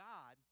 God